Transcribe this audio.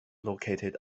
located